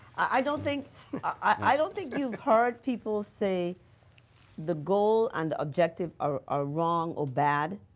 i don't think i don't think you heard people say the goal and objective are wrong or bad.